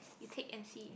you take M_C